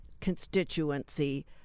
constituency